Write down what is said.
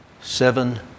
seven